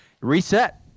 reset